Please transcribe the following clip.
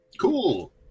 Cool